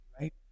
right